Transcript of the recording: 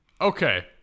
Okay